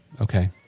Okay